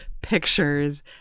pictures